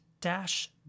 dash